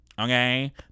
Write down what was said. okay